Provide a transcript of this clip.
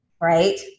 Right